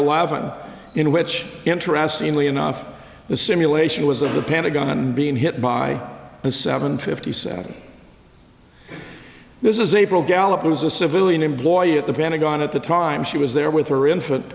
eleven in which interestingly enough the simulation was of the pentagon being hit by a seven fifty seven this is april gallup was a civilian employee at the pentagon at the time she was there with her infant